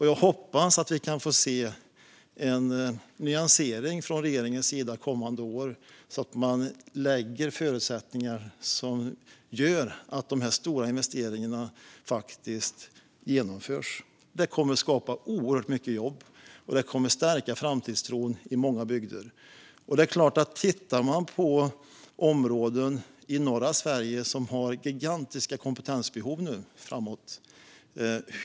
Jag hoppas att vi får se en nyansering från regeringens sida kommande år så att man skapar förutsättningar som gör att dessa stora investeringar faktiskt genomförs. Det kommer att skapa oerhört mycket jobb, och det kommer att stärka framtidstron i många bygder. Vi kan titta på områden i norra Sverige som har gigantiska kompetensbehov framåt.